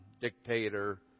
dictator